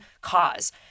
cause